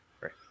Right